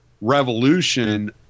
revolution